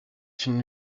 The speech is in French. une